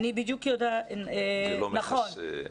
זה לא מכסה.